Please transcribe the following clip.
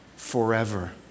forever